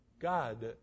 God